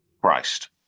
Christ